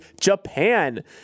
Japan